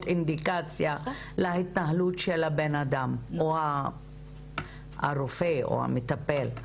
אינדיקציה להתנהלות של האדם או הרופא או המטפל.